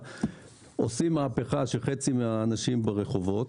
- עושים מהפכה שגורמת לחצי מהתושבים לצאת לרחובות,